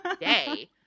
day